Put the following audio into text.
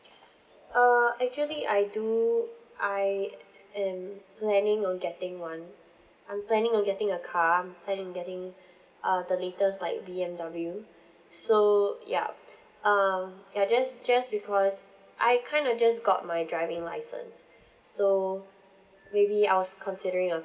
err actually I do I am planning on getting one I'm planning on getting a car planning on getting uh the latest like B_M_W so yup uh I just just because I kind of just got my driving licence so maybe I was considering on